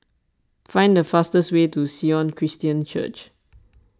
find the fastest way to Sion Christian Church